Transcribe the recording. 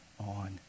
on